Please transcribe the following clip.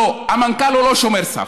לא, המנכ"ל הוא לא שומר סף.